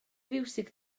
fiwsig